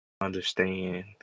understand